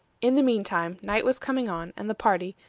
in the mean time, night was coming on, and the party,